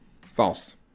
False